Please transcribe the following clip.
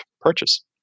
purchase